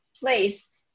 place